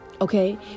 Okay